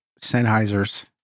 Sennheiser's